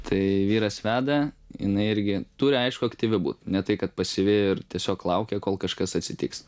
tai vyras veda jinai irgi turi aišku aktyvi būt ne tai kad pasyvi ir tiesiog laukia kol kažkas atsitiks